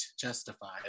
justified